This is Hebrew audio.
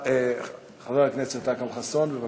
חבר הכנסת אכרם חסון, בבקשה.